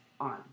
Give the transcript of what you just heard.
on